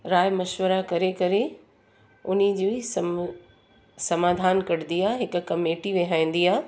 राय मशवरा करे करे हुनजी सम समाधान कढंदी आहे हिक कमेटी वेराईंदी आहे